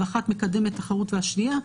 ואחת מקדמת תחרות על פני השנייה,